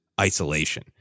isolation